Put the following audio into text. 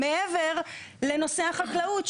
מעבר לנושא החקלאות,